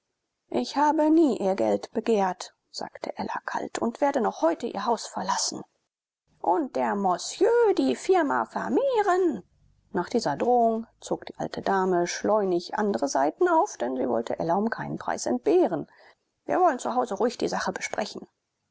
ich habe nie ihr geld begehrt sagte ella kalt und werde noch heute ihr haus verlassen und der mosjö die firma vermehren nach dieser drohung zog die alte dame schleunig andere saiten auf denn sie wollte ella um keinen preis entbehren wir wollen zu hause ruhig die sache besprechen